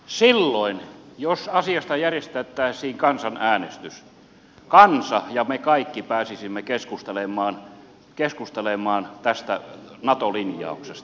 silloin jos asiasta järjestettäisiin kansanäänestys kansa ja me kaikki pääsisimme keskustelemaan tästä nato linjauksesta